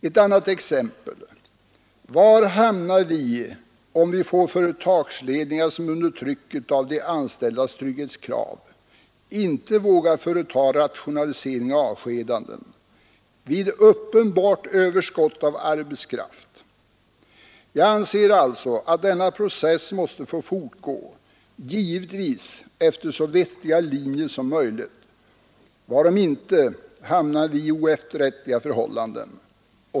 Ett annat exempel: Var hamnar vi om vi får företagsledningar som under trycket av de anställdas trygghetskrav inte vågar företaga rationaliseringar och avskedanden vid uppenbart överskott av arbetskraft? Jag anser alltså att denna process måste få fortgå, givetvis efter så vettiga linjer som möjligt. Varom inte hamnar vi i oefterrättliga förhållanden.